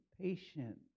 patient